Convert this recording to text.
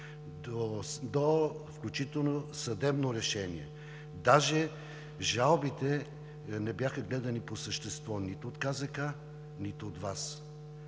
до, включително, съдебно решение. Даже жалбите не бяха гледани по същество нито от КЗК, нито от Вас.